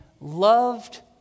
loved